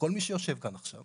כל מי שיושב כאן עכשיו,